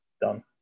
done